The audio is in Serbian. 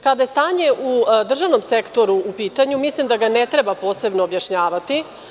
Kada je stanje u državnom sektoru u pitanju, mislim da ga ne treba posebno objašnjavati.